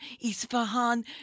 Isfahan